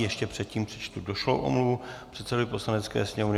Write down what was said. Ještě předtím přečtu došlou omluvu předsedovi Poslanecké sněmovny.